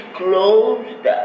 closed